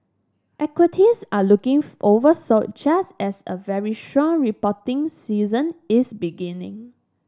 equities are looking oversold just as a very strong reporting season is beginning